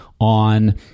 on